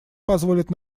позволит